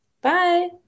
Bye